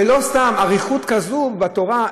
ולא סתם אריכות כזאת בתורה,